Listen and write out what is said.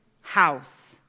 house